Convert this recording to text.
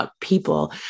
people